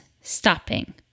stopping